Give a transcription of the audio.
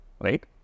Right